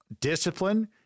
discipline